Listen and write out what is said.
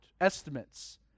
estimates